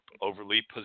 overly